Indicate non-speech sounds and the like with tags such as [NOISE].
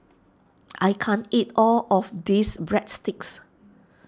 [NOISE] I can't eat all of this Breadsticks